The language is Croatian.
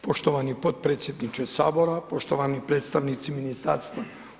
Poštovani potpredsjedniče Sabora, poštovani predstavnici ministarstva.